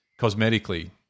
cosmetically